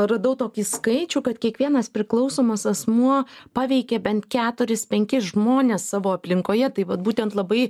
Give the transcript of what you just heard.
radau tokį skaičių kad kiekvienas priklausomas asmuo paveikė bent keturis penkis žmones savo aplinkoje tai vat būtent labai